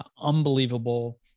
unbelievable